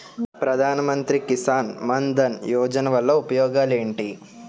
ప్రధాన మంత్రి కిసాన్ మన్ ధన్ యోజన వల్ల ఉపయోగాలు ఏంటి?